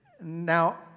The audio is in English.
Now